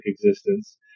existence